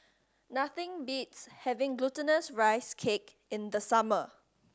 nothing beats having Glutinous Rice Cake in the summer